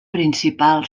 principal